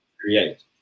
create